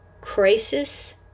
crisis